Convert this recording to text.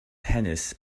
tennis